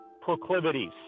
proclivities